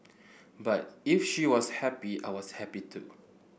but if she was happy I was happy too